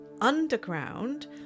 underground